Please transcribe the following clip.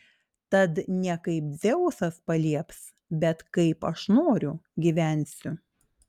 tad ne kaip dzeusas palieps bet kaip aš noriu gyvensiu